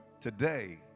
today